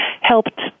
helped